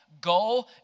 Go